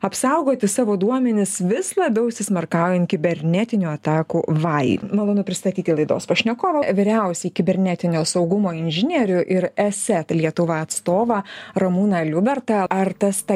apsaugoti savo duomenis vis labiau įsismarkaujant kibernetinių atakų vajai malonu pristatyti laidos pašnekovą vyriausiąjį kibernetinio saugumo inžinierių ir eset lietuva atstovą ramūną liubertą ar tas ta